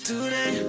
Today